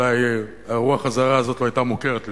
אולי הרוח הזרה הזאת לא היתה מוכרת לי,